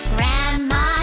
Grandma